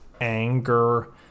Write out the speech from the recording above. anger